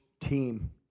team